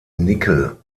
nickel